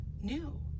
new